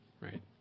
right